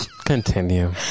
Continue